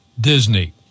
Disney